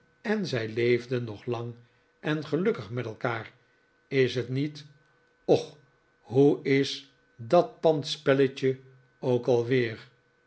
en zij leefden nog lang en gelukkig met elkaar is het niet och hoe is dat pand spelletje ook al weer